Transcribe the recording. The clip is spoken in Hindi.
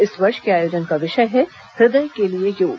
इस वर्ष के आयोजन का विषय है हृदय के लिए योग